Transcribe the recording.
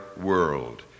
world